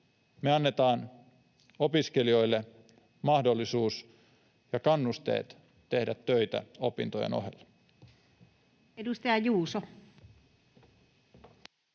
me annetaan opiskelijoille mahdollisuus ja kannusteet tehdä töitä opintojen ohella.